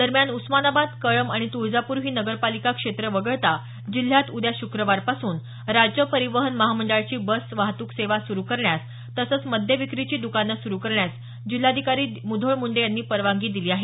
दरम्यान उस्मानाबाद कळंब आणि तुळजापूर ही नगरपालिका क्षेत्र वगळता जिल्ह्यात उद्या श्रक्रवारपासून राज्य परीवहन महामंडळाची बस वाहतूक सेवा सुरू करण्यास तसंच मद्य विक्रीची दकानं सुरु करण्यास जिल्हाधिकारी मुधोळ मुंडे यांनी परवानगी दिली आहे